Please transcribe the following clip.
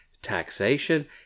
taxation